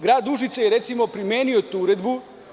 Grad Užice je, recimo, primenio tu uredbu.